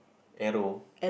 arrow